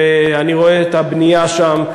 ואני רואה את הבנייה שם,